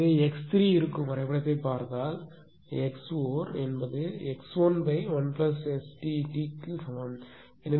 எனவே x3 இருக்கும் வரைபடத்தைப் பார்த்தால் x4 x 11STt க்கு சமம்